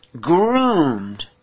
groomed